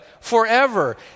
forever